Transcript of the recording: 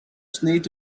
sneed